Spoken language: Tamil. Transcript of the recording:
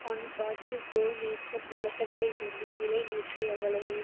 ஒன் பாட்டில் ப்ரோ நேச்சர் நிலக்கடலை எண்ணெய் விலை நேற்று எவ்வளவு